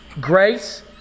Grace